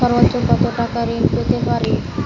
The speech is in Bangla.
সর্বোচ্চ কত টাকা ঋণ পেতে পারি?